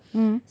mmhmm